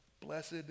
blessed